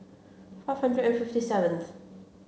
five hundred and fifty seventh